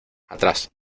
atrás